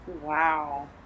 Wow